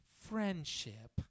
friendship